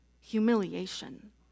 humiliation